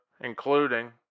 including